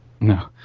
No